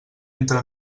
entra